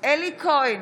אלי כהן,